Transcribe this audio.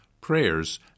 prayers